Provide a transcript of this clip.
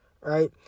right